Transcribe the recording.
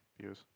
Views